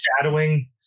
shadowing